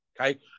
Okay